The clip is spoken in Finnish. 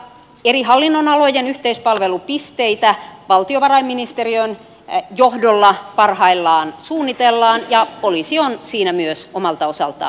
eri hallinnonalojen yhteispalvelupisteitä valtiovarainministeriön johdolla parhaillaan suunnitellaan ja poliisi on siinä myös omalta osaltaan mukana